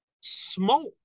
Smoke